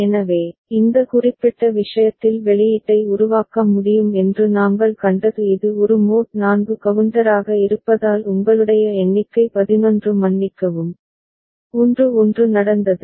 எனவே இந்த குறிப்பிட்ட விஷயத்தில் வெளியீட்டை உருவாக்க முடியும் என்று நாங்கள் கண்டது இது ஒரு மோட் 4 கவுண்டராக இருப்பதால் உங்களுடைய எண்ணிக்கை 11 மன்னிக்கவும் 1 1 நடந்தது